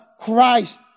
Christ